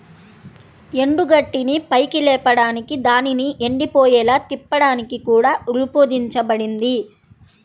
ఎండుగడ్డిని పైకి లేపడానికి దానిని ఎండిపోయేలా తిప్పడానికి కూడా రూపొందించబడింది